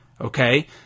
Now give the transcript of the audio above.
okay